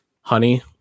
honey